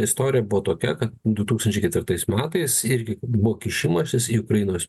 istoriją buvo tokia kad du tūkstančiai ketvirtais metais irgi buvo kišimasis į ukrainos